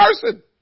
person